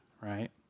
right